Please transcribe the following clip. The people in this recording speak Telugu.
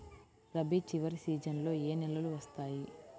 రబీ చివరి సీజన్లో ఏ నెలలు వస్తాయి?